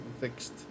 fixed